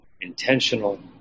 intentional